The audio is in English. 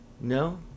No